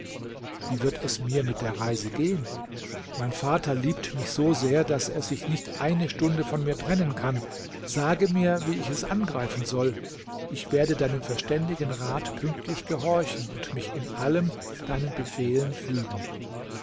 wie wird es mir mit der reise gehen mein vater liebt mich so sehr daß er sich nicht eine stunde von mir trennen kann sage mir wie ich es angreifen soll ich werde deinem verständigen rat pünktlich gehorchen und mich in allem deinen befehlen fügen